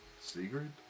Secret